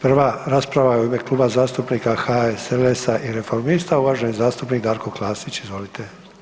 Prva rasprava je u ime Kluba zastupnika HSLS-a i Reformista, uvaženi zastupnik Darko Klasić, izvolite.